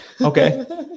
okay